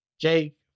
Jake